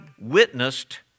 witnessed